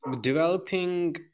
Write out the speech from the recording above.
developing